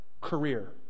career